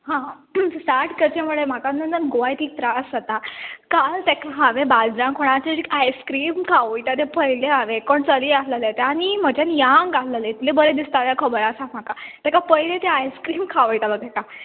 आं पूण स्टार्ट करचें म्हणल्यार म्हाका न्ही गोआयतीक त्रास जाता काल ताका हांवें बाजारान कोणाक तरी आयस्क्रीम खावयता तें पळयलें हांवें कोण चली आसलेलें आनी म्हज्यान यंग आसलेलें इतलें बरें दिसतालें खबर आसा म्हाका तो पयलीं तें आयस्क्रीम खावयतालो ताका